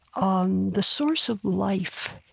um the source of life.